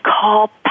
call